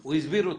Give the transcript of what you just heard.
הוא הסביר אותי.